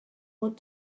want